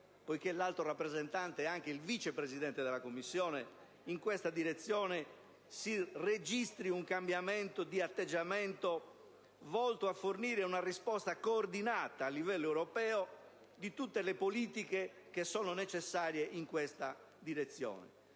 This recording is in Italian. poiché l'Alto rappresentante è anche il Vice Presidente della Commissione, si registri un cambiamento d'atteggiamento volto a fornire una risposta coordinata a livello europeo di tutte le politiche che sono necessarie in questa direzione.